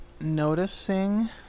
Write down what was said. noticing